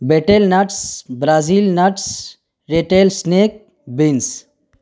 beetle nuts Brazil nuts retail snack bins